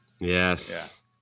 yes